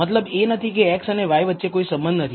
મતલબ એ નથી કે x અને y વચ્ચે કોઈ સંબંધ નથી